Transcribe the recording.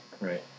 Right